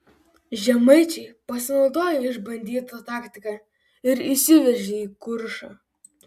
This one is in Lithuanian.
žemaičiai pasinaudojo išbandyta taktika ir įsiveržė į kuršą